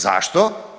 Zašto?